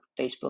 facebook